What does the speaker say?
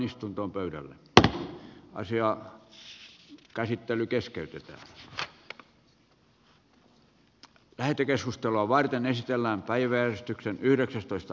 muussa tapauksessa asia pannaan pöydälle seuraavaan täysistuntoon jos ei ehdoteta mitään